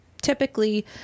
Typically